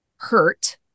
hurt